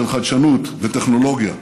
של חדשנות וטכנולוגיה.